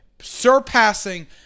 surpassing